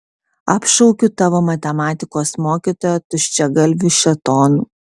apšaukiu tavo matematikos mokytoją tuščiagalviu šėtonu